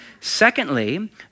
Secondly